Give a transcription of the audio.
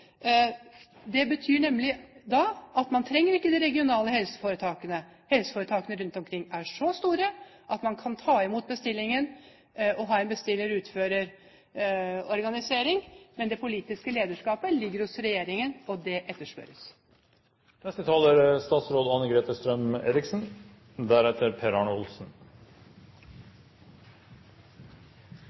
Det betyr nemlig at man ikke trenger de regionale helseforetakene. Helseforetakene rundt omkring er så store at man kan ta imot bestillingen og ha en bestiller/utfører-organisering. Men det politiske lederskapet ligger hos regjeringen, og det etterspørres. Jeg har egentlig lyst til å minne Stortinget om en sak, for det er